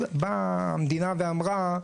אז באה המדינה ואמרה,